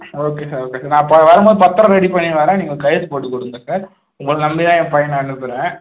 okay sir okay நான் இப்போ வரம்போது பத்திரத்த ரெடி பண்ணிட்டு வரேன் சார் கையெழுத்து போட்டு கொடுங்க சார் உங்களை நம்பி தான் என் பையனை அனுப்புகிறேன்